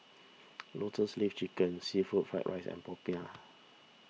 Lotus Leaf Chicken Seafood Fried Rice and Popiah